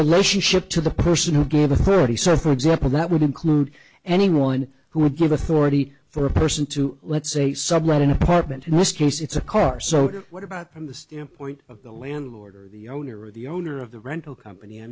relationship to the person who gave authority so for example that would include anyone who would give authority for a person to let's say sublet an apartment in this case it's carr so what about from the standpoint of the landlord or the owner of the owner of the rental company i